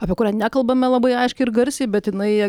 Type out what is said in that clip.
apie kurią nekalbame labai aiškiai ir garsiai bet jinai